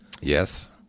Yes